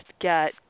get